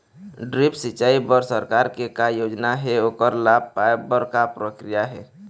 Drip सिचाई बर सरकार के का योजना हे ओकर लाभ पाय बर का प्रक्रिया हे?